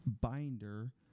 Binder